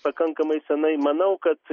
pakankamai senai manau kad